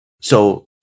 So-